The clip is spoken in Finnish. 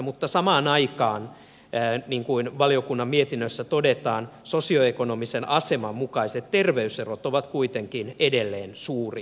mutta samaan aikaan niin kuin valiokunnan mietinnössä todetaan sosioekonomisen aseman mukaiset terveyserot ovat kuitenkin edelleen suuria